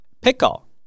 Pickle